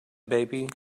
baby